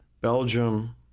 Belgium